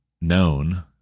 known